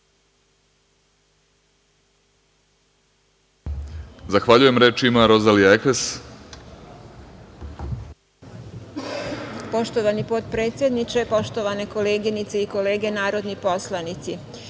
Rozalija Ekres. **Rozalija Ekres** Poštovani potpredsedniče, poštovane koleginice i kolege narodni poslanici,